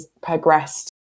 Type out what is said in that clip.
progressed